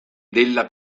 della